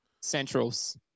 centrals